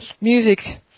music